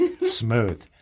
Smooth